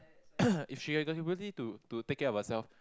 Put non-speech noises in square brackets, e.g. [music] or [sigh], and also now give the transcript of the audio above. [coughs] if she got capability to to take care herself